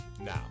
now